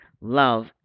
love